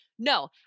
No